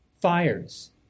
fires